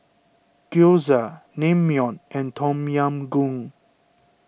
Gyoza Naengmyeon and Tom Yam Goong